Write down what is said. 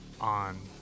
on